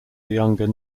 younger